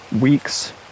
weeks